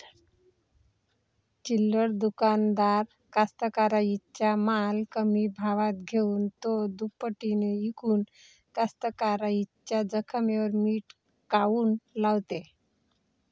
चिल्लर दुकानदार कास्तकाराइच्या माल कमी भावात घेऊन थो दुपटीनं इकून कास्तकाराइच्या जखमेवर मीठ काऊन लावते?